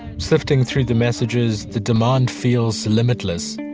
sifting through the messages, the demand feels limitless.